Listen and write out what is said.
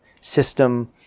system